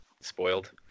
Spoiled